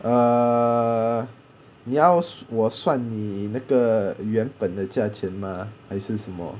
err 你要我算你那个原本的价钱吗还是什么